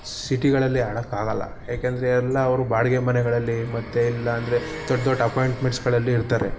ಸಿಟಿಗಳಲ್ಲಿ ಆಡೋಕ್ಕಾಗೋಲ್ಲ ಏಕೆಂದರೆ ಎಲ್ಲ ಅವರು ಬಾಡಿಗೆ ಮನೆಗಳಲ್ಲಿ ಮತ್ತು ಇಲ್ಲ ಅಂದ್ರೆ ದೊಡ್ಡ ದೊಡ್ಡ ಅಪಾಯಿಂಟ್ಮೆಂಟ್ಸ್ಗಳಲ್ಲಿ ಇರ್ತಾರೆ